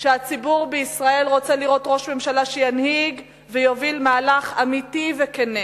שהציבור בישראל רוצה לראות ראש ממשלה שינהיג ויוביל מהלך אמיתי וכן,